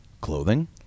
Clothing